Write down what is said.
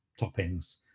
toppings